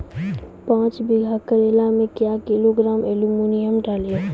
पाँच बीघा करेला मे क्या किलोग्राम एलमुनियम डालें?